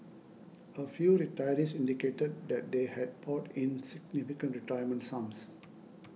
a few retirees indicated that they had poured in significant retirement sums